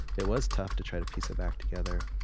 it was tough to try to piece it back together.